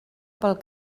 pel